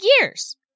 years